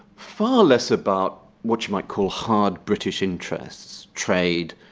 far less about what you might call hard british interests, trade,